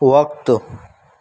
وقت